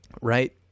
right